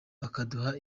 bakaduha